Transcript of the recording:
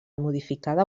modificada